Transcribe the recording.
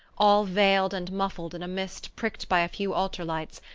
all veiled and muffled in a mist pricked by a few altar lights,